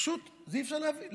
פשוט אי-אפשר להבין.